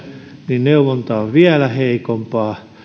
niin neuvonta on vielä heikompaa